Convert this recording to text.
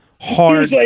Hard